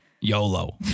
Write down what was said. YOLO